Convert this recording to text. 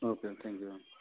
okay thank you ma'am